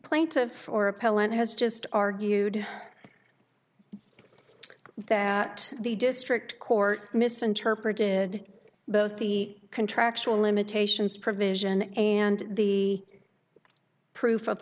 plaintiff or appellant has just argued that the district court misinterpreted both the contractual limitations provision and the proof